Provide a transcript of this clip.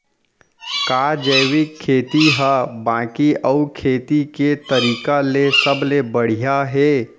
का जैविक खेती हा बाकी अऊ खेती के तरीका ले सबले बढ़िया हे?